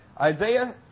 Isaiah